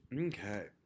Okay